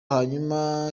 hanyuma